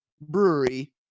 Brewery